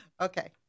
Okay